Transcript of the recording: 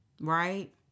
right